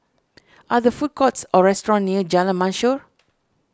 are there food courts or restaurants near Jalan Mashhor